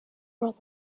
world